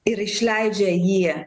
ir išleidžia jį